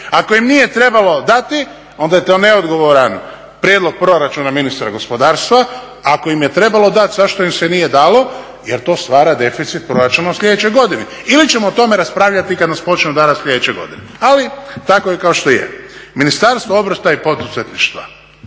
Ako im nije trebalo dati onda je to neodgovoran prijedlog proračuna ministra gospodarstva, a ako im je trebalo dat zašto im se nije dalo jer to stvara deficit proračuna u sljedećoj godini ili ćemo o tome raspravljati kad nas počnu udarat sljedeće godine ali tako je kao što je. Ministarstvo obrta i poduzetništva,